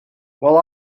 while